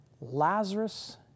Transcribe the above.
Lazarus